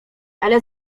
ale